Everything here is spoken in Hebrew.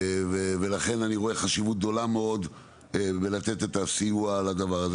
לכן אני רואה חשיבות גדולה מאוד בנתינת הסיוע לדבר הזה.